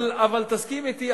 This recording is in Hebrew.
אבל תסכים אתי,